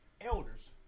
elders